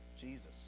Jesus